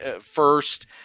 first